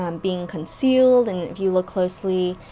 um being concealed, and you look closely,